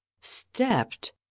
stepped